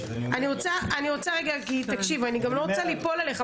אני לא רוצה ליפול עליך,